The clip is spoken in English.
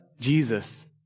Jesus